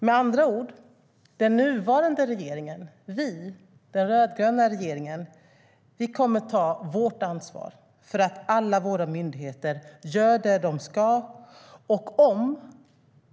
Med andra ord: Vi i den nuvarande, rödgröna regeringen kommer att ta vårt ansvar för att alla våra myndigheter gör det de ska.